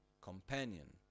companion